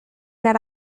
that